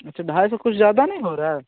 अच्छा ढाई सौ कुछ ज़्यादा नहीं हो रहा है